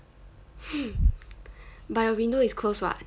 but your window is closed [what]